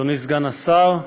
אדוני סגן השר,